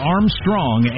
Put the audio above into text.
Armstrong